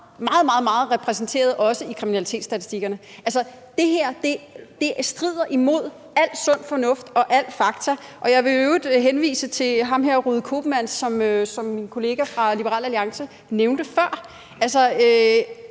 er meget, meget repræsenteret i kriminalitetsstatistikkerne. Altså, det her strider imod al sund fornuft og alle fakta. Og jeg vil i øvrigt henvise til Ruud Koopman, som min kollega fra Liberal Alliance nævnte før. Det